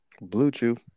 Bluetooth